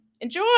Enjoy